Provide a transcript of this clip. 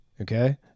Okay